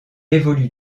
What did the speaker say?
évolue